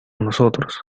nosotros